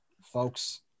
folks